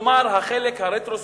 כלומר, החלק הרטרוספקטיבי,